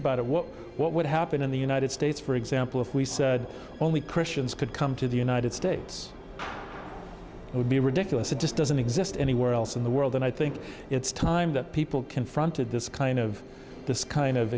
about what what would happen in the united states for example if we said only christians could come to the united states it would be ridiculous it just doesn't exist anywhere else in the world and i think it's time that people confronted this kind of this kind of